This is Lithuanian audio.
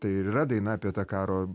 tai ir yra daina apie tą karo